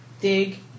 Dig